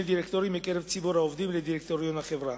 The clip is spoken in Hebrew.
דירקטורים מקרב ציבור העובדים לדירקטוריון החברה.